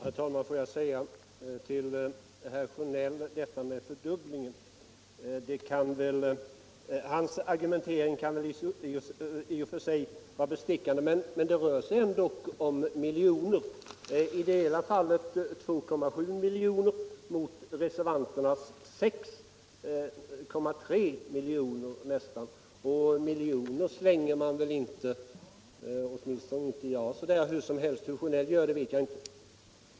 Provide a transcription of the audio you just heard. Herr talman! Herr Sjönells argumentering beträffande fördubblingen kan väl i och för sig vara bestickande. Men det rör sig ändock om miljoner —- i det ena fallet 2,7 miljoner mot reservanternas nära 6,3 miljoner. Och miljoner slänger man väl inte ut — åtminstone inte jag — så där hur som helst. Hur herr Sjönell gör vet jag inte.